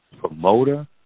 promoter